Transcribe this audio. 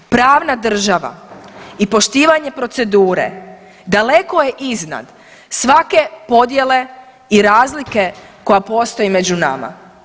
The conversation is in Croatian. Pravna država i poštivanje procedure daleko je iznad svake podjele i razlike koja postoji među nama.